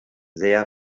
sehr